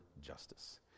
justice